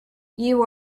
you